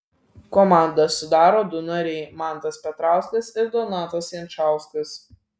komandą sudaro du nariai mantas petrauskas ir donatas jančauskas